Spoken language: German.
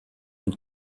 und